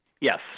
Yes